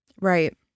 right